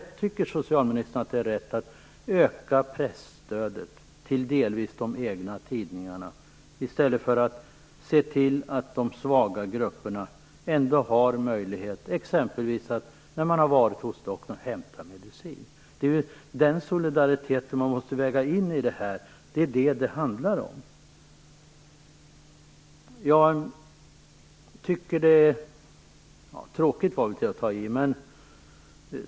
Tycker socialministern det är rätt att öka presstödet till bl.a. egna tidningar i stället för att se till att de svaga grupperna har möjlighet att exempelvis hämta medicin när man har varit hos doktorn? Det är den solidariteten man måste väga in i det här. Det är detta det handlar om.